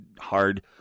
hard